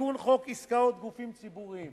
תיקון חוק עסקאות גופים ציבוריים,